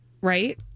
right